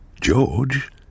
George